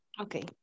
Okay